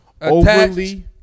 Overly